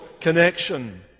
connection